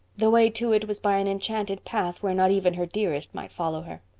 the way to it was by an enchanted path where not even her dearest might follow her.